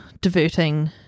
diverting